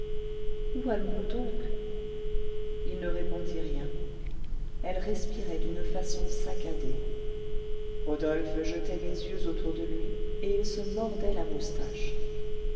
allons-nous donc il ne répondit rien elle respirait d'une façon saccadée rodolphe jetait les yeux autour de lui et il se mordait la moustache